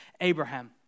Abraham